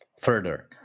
further